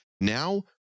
Now